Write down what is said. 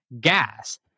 gas